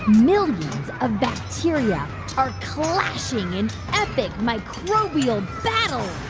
millions of bacteria are clashing in epic, microbial battles.